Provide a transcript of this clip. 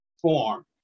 form